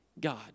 God